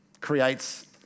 creates